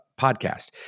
podcast